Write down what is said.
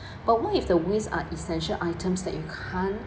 but what if the waste are essential items that you can't